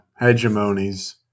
Hegemonies